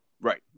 Right